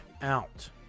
out